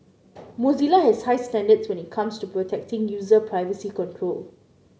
Mozilla has high standards when it comes to protecting user privacy control